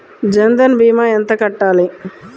జన్ధన్ భీమా ఎంత కట్టాలి?